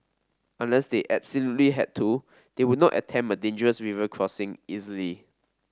unless they absolutely had to they would not attempt a dangerous river crossing easily